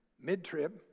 mid-trib